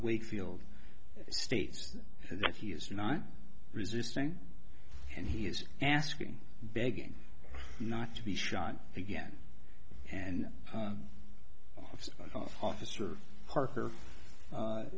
wakefield states that he is not resisting and he is asking begging not to be shot again and officer parker